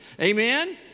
Amen